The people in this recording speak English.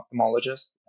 ophthalmologist